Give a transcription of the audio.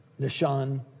Nishan